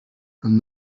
and